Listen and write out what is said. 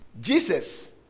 Jesus